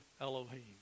Elohim